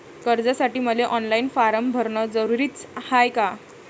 कर्जासाठी मले online form भरन जरुरीच हाय का?